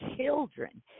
children